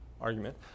argument